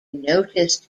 noticed